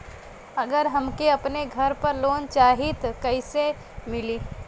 अगर हमके अपने घर पर लोंन चाहीत कईसे मिली?